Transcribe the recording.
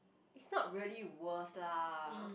it's not really worse lah